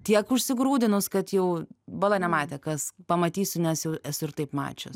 tiek užsigrūdinus kad jau bala nematė kas pamatysiu nes jau esu ir taip mačius